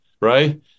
right